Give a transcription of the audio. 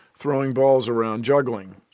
throwing balls around, juggling.